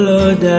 Lord